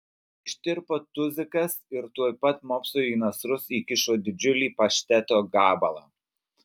ištirpo tuzikas ir tuoj pat mopsui į nasrus įkišo didžiulį pašteto gabalą